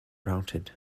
routed